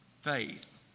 faith